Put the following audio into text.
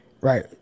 right